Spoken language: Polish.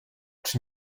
czy